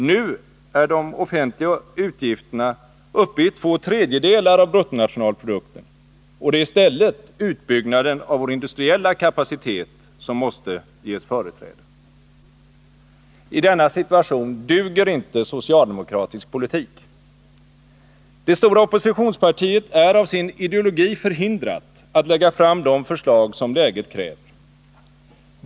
Nu är de offentliga utgifterna uppe i två tredjedelar av bruttonationalprodukten, och det är i stället utbyggnaden av vår industriella kapacitet som måste ges företräde. I denna situation duger inte socialdemokratisk politik. Det stora oppositionspartiet är av sin ideologi förhindrat att lägga fram de förslag som läget kräver.